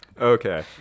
Okay